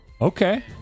Okay